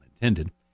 intended